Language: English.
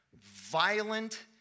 violent